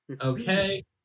okay